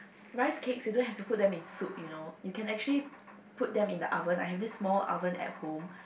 rice cakes you don't have to put them in soup you know you can actually put them in the oven I have this small oven at home